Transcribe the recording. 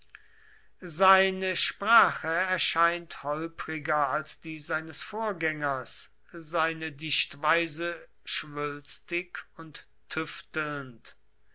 seine sprache erscheint holpriger als die seines vorgängers seine dichtweise schwülstig und tüftelnd